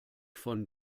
von